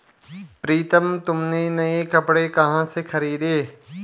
प्रितम तुमने नए कपड़े कहां से खरीदें?